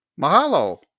mahalo